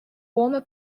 former